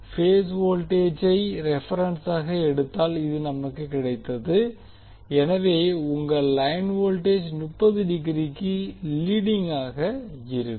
base வோல்டேஜை ரெபெரென்ஸாக எடுத்தால் இது நமக்கு கிடைத்தது எனவே உங்கள் லைன் வோல்டேஜ் 30 டிகிரிக்கு லீடிங்காக இருக்கும்